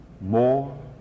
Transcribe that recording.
more